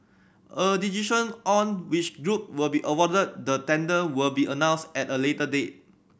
a decision on which group will be awarded the tender will be announced at a later date